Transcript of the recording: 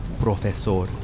Professor